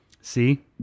see